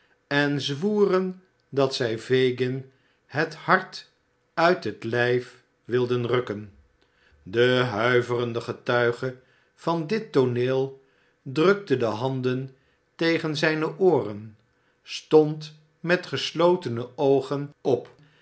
en zwoeren dat zij fagin het hart uit het lijf wilden rukken de huiverende getuige van dit tooneel drukte de handen tegen zijne ooren stond met geslotene oogen op